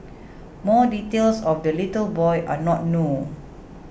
more details of the little boy are not known